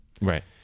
Right